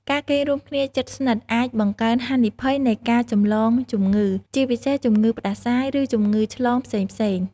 ការគេងរួមគ្នាជិតស្និទ្ធអាចបង្កើនហានិភ័យនៃការចម្លងជំងឺ ជាពិសេសជំងឺផ្តាសាយ ឬជំងឺឆ្លងផ្សេងៗ។